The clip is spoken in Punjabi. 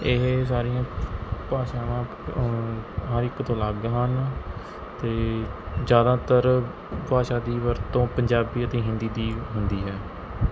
ਇਹ ਸਾਰੀਆਂ ਭਾਸ਼ਾਵਾਂ ਹਰ ਇੱਕ ਤੋਂ ਅਲੱਗ ਹਨ ਅਤੇ ਜ਼ਿਆਦਾਤਰ ਭਾਸ਼ਾ ਦੀ ਵਰਤੋਂ ਪੰਜਾਬੀ ਅਤੇ ਹਿੰਦੀ ਦੀ ਹੁੰਦੀ ਹੈ